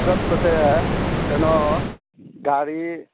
ꯆꯠꯄꯁꯦ ꯀꯩꯅꯣ ꯒꯥꯔꯤ